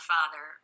Father